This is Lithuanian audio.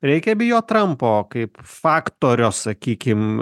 reikia bijot trampo kaip faktorio sakykim